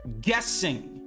guessing